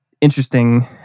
interesting